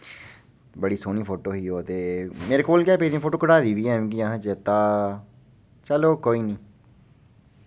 बड़ी सोह्नी फोटो ही ओह् ते मेरे कोल गै पेदी फोटो मैं कढाए दी बी हैन मिकी चेत्ता चलो कोई नि